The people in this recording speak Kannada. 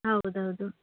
ಹೌದೌದು